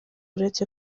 uretse